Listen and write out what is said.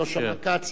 אם לא שמע כץ,